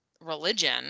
religion